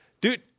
dude